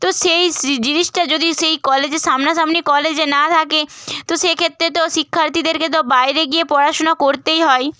তো সেইস্ জিনিসটা যদি সেই কলেজের সামনাসামনি কলেজে না থাকে তো সেক্ষেত্রে তো শিক্ষার্থীদেরকে তো বাইরে গিয়ে পড়াশুনা করতেই হয়